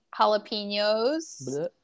jalapenos